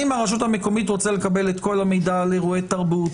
אני מהרשות המקומית רוצה לקבל את כל המידע על אירועי תרבות,